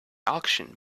auction